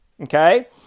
okay